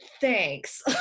Thanks